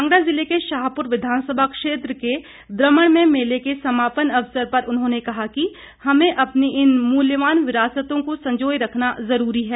कांगड़ा ज़िले के शाहपुर विधानसभा क्षेत्र के द्रमण में मेले के समापन अवसर पर उन्होंने कहा कि हमें अपनी इन मूल्यवान विरासतों को संजोये रखना जरूरी है